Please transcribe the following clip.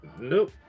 Nope